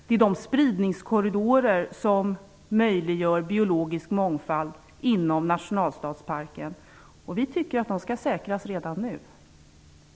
De är de spridningskorridorer som möjliggör biologisk mångfald inom nationalstadsparken. Vi tycker att de skall säkras redan nu.